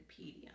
Wikipedia